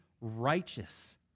righteous